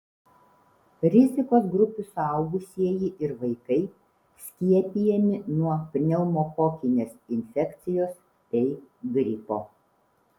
rizikos grupių suaugusieji ir vaikai skiepijami nuo pneumokokinės infekcijos bei gripo